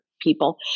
people